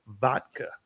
Vodka